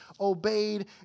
obeyed